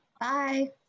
Bye